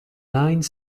nine